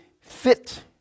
fit